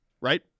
right